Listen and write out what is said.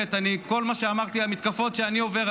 כל מה שאמרתי, המתקפות על החוק שאני עובר,